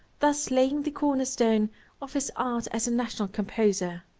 thus laying the corner stone of his art as a national composer.